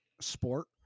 sport